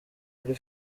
kuri